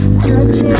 Touching